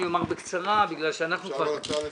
אפשר הצעה לסדר?